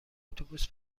اتوبوس